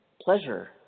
pleasure